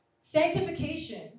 Sanctification